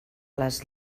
les